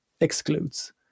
excludes